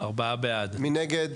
מי נגד?